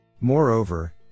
Moreover